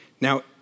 Now